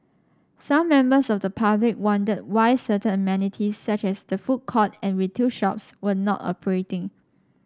some members of the public wondered why certain amenities such as the food court and retail shops were not operating